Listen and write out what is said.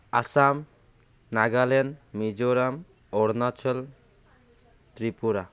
Assam Nagaland Mizoram Arunachal Tripura